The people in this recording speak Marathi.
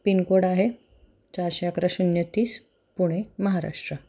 पिनकोड आहे चारशे अकरा शून्य तीस पुणे महाराष्ट्र